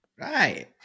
Right